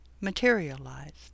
materialized